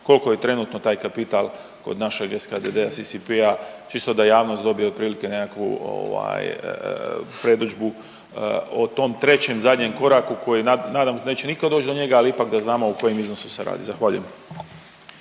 koliko je trenutno taj kapital kod našeg SKDD CCP čisto da javnost dobije otprilike nekakvu ovaj predodžbu o tom trećem zadnjem koraku koji nadamo se neće nitko doći, ali ipak da znamo o kojem iznosu se radi. Zahvaljujem.